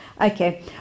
Okay